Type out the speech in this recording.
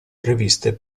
previste